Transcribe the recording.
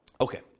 Okay